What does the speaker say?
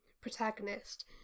protagonist